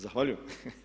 Zahvaljujem.